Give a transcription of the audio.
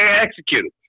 executed